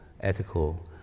ethical